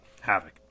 havoc